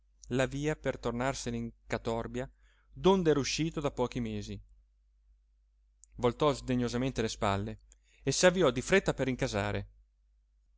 la via per tornarsene in catorbia donde era uscito da pochi mesi voltò sdegnosamente le spalle e s'avviò di fretta per rincasare